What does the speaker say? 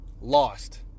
lost